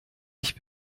ich